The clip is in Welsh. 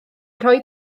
rhoi